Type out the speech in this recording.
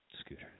Scooter